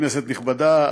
כנסת נכבדה,